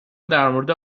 درمورد